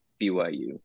BYU